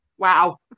wow